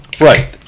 Right